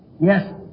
yes